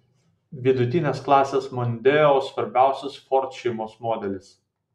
vidutinės klasės mondeo svarbiausias ford šeimos modelis